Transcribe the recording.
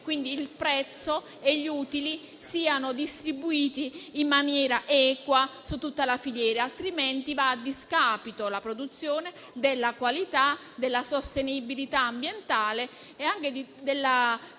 affinché il prezzo e gli utili siano distribuiti in maniera equa su tutta la filiera. Altrimenti la produzione va a discapito della qualità, della sostenibilità ambientale e anche della copertura e